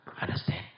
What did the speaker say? Understand